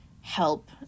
help